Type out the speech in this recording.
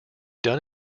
done